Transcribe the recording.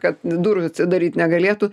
kad durų atsidaryt negalėtų